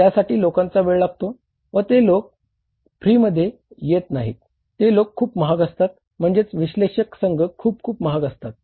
त्यासाठी लोकांचा वेळ लागतो व ते लोक फ्रीमध्ये येत नाही ते लोक खूप महाग असतात म्हणजेच विश्लेषक संघ खुप खूप महाग असतात